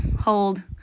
hold